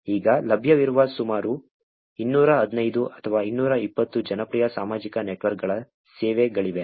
ಈಗ ಲಭ್ಯವಿರುವ ಸುಮಾರು 215 ಅಥವಾ 220 ಜನಪ್ರಿಯ ಸಾಮಾಜಿಕ ನೆಟ್ವರ್ಕ್ಗಳ ಸೇವೆಗಳಿವೆ